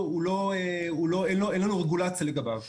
ואין לנו רגולציה לגביו.